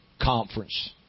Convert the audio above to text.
conference